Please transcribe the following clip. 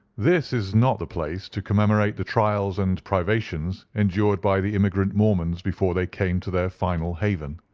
this is not the place to commemorate the trials and privations endured by the immigrant mormons before they came to their final haven.